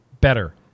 better